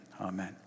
amen